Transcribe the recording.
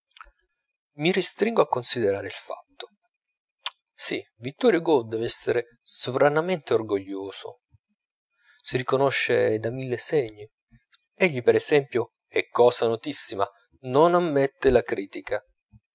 mi ristringo a considerare il fatto si vittor hugo dev'essere sovranamente orgoglioso si riconosce da mille segni egli per esempio è cosa notissima non ammette la critica